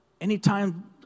Anytime